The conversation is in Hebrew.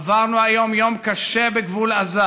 עברנו היום יום קשה בגבול עזה,